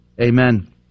Amen